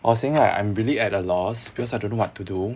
I was saying like I'm really at a loss because I don't know what to do